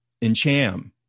Incham